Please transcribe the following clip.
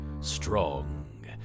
Strong